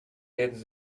rijden